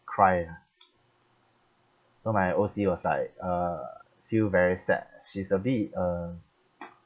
cry ah so my O_C was like uh feel very sad she's a bit uh